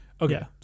Okay